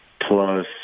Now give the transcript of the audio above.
plus